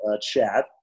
chat